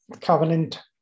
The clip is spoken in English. Covenant